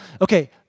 okay